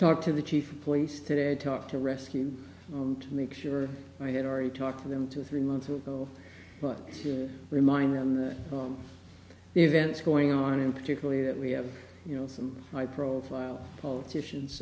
talked to the chief of police today talked to rescue them to make sure i had already talked to them two three months ago but to remind them the events going on and particularly that we have you know some high profile politicians